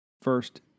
First